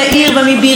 רמאללה,